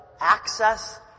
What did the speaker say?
access